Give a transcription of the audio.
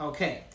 Okay